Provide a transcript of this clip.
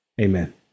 Amen